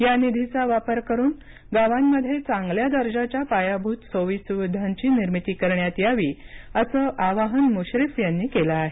या निधीचा वापर करुन गावांमध्ये चांगल्या दर्जाच्या पायाभूत सोयीसुविधांची निर्मिती करण्यात यावी असं आवाहन मुश्रीफ यांनी केलं आहे